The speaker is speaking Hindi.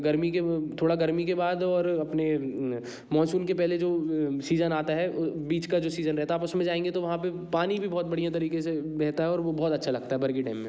गर्मी के थोड़ा गर्मी के बाद और अपने मॉनसून के पहले जो सीज़न आता है बीच का जो सीज़न रहता है आप उस में जाएँगे तो वहाँ पर पानी भी बहुत बढ़िया तरीक़े से बहता है और वो बहुत अच्छा लगता है बर्गी डैम में